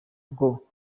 ngo